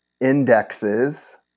indexes